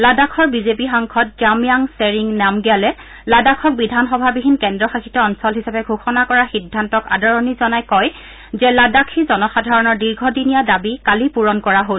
লাডাখৰ বিজেপি সাংসদ জাম্য়াং ছেৰিং নামগ্যালে লাডাখক বিধানসভাবিহীন কেন্দ্ৰ শাসিত অঞ্চল হিচাপে ঘোষণা কৰাৰ সিদ্ধান্তক আদৰণি জনাই কয় যে লাডাখী জনসাধাৰণৰ দীৰ্ঘদিনীয়া দাবী কালি পূৰণ কৰা হ'ল